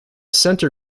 center